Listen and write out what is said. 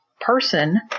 person